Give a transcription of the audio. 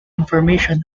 information